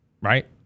Right